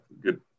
good